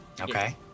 Okay